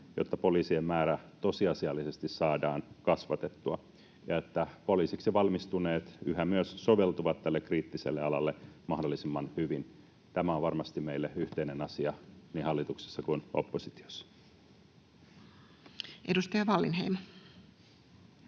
jotta poliisien määrää tosiasiallisesti saadaan kasvatettua, ja että poliisiksi valmistuneet yhä myös soveltuvat tälle kriittiselle alalle mahdollisimman hyvin? Tämä on varmasti meille yhteinen asia niin hallituksessa kuin oppositiossa. Edustaja Wallinheimo.